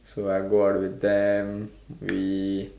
so I go out with them we